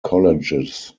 colleges